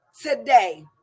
today